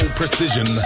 precision